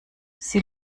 sie